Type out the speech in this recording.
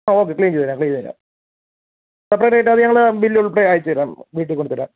okay clean ചെയ്ത് തരാം clean ചെയ്ത് തരാം സെപ്പറേറ്റ് ആയിട്ട് അത് ഞങ്ങൾ ബില്ല് ഉൾപ്പെടെ അയച്ചുതരാം വീട്ടിൽ കൊണ്ടുതരാം